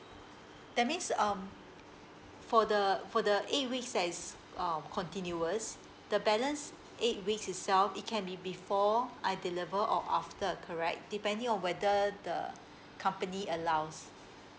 that means um for the for the eight weeks that is um continuous the balance eight weeks itself it can be before I deliver or after correct depending on whether the company allows